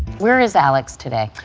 where is alex today?